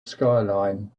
skyline